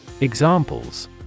Examples